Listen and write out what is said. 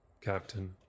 Captain